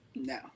No